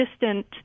distant